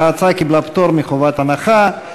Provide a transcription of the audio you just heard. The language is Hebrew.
ההצעה קיבלה פטור מחובת הנחה,